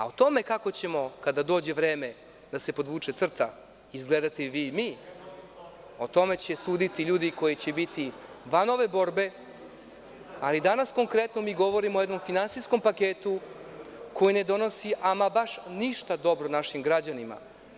O tome kako ćemo kada dođe vreme da se podvuče crta izgledati vi i mi, o tome će suditi ljudi koji će biti van ove borbe, ali danas konkretno mi govorimo o jednom finansijskom paketu koji ne donosi ama baš ništa dobro našim građanima.